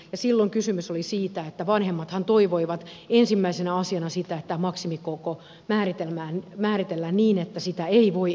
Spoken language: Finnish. silloin kysymys oli siitä että vanhemmathan toivoivat ensimmäisenä asiana sitä että tämä maksimikoko määritellään niin että sitä ei voi enää ylittää